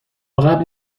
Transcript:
قبل